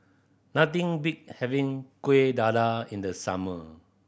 nothing beats having Kuih Dadar in the summer